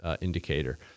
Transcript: indicator